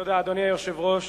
אדוני היושב-ראש,